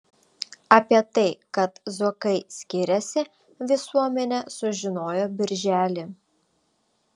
apie tai kad zuokai skiriasi visuomenė sužinojo birželį